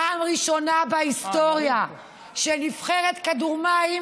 פעם ראשונה בהיסטוריה שנבחרת כדור מים